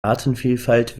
artenvielfalt